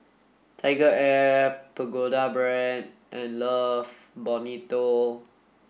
TigerAir Pagoda Brand and Love Bonito